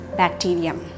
bacterium